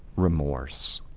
remorse.